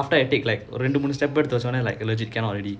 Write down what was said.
after I take like ரெண்டு மூணு:rendu moonu step எடுத்து வெச்ச ஒடனே:eduthu vecha odanae like legit cannot already